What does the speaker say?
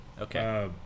Okay